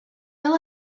fel